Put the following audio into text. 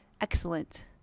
excellent